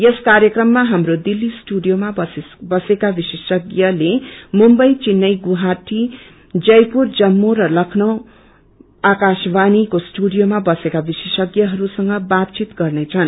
यस कार्यक्रममा हाम्रो दिल्ली स्टूडियोमा बसेका विश्रेषज्ञले मुंबई चेन्नईगुवााहाटी जयपुर जम्यू र लखनऊ आकाशवाणीको स्टूडियोमा बसेका विशेषाहरूसंग बाचचित गर्नेछन्